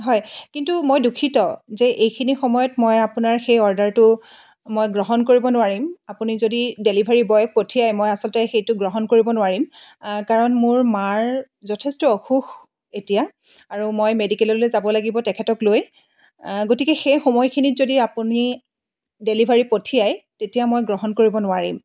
হয় কিন্তু মই দুঃখিত যে এইখিনি সময়ত মই আপোনাৰ সেই অৰ্ডাৰটো মই গ্ৰহণ কৰিব নোৱাৰিম আপুনি যদি ডেলিভাৰী বয় পঠিয়াই মই আচলতে সেইটো গ্ৰহণ কৰিব নোৱাৰিম কাৰণ মোৰ মাৰ যথেষ্ট অসুখ এতিয়া আৰু মই মেডিকেললৈ যাব লাগিব তেখেতক লৈ গতিকে সেই সময়খিনিত যদি আপুনি ডেলিভাৰী পঠিয়াই তেতিয়া মই গ্ৰহণ কৰিব নোৱাৰিম